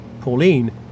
Pauline